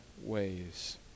ways